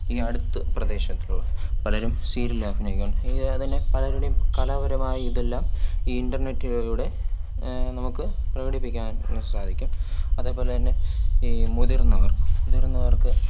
ഈ അടുത്ത് പ്രദേശത്തുള്ള പലരും സീരിയൽ അഭിനയിക്കുന്നുണ്ട് ഈ അത് തന്നെ പലരുടെയും കലാപരമായ ഇതെല്ലാം ഈ ഇൻ്റെർനെറ്റിലൂടെ നമുക്ക് പ്രകടിപ്പിക്കാനായിട്ട് സാധിക്കും അതേപോലെതന്നെ ഈ മുതിർന്നവർ മുതിർന്നവർക്ക്